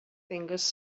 fingers